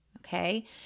Okay